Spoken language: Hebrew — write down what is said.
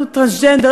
הוא טרנסג'נדר,